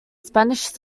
spanish